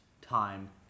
time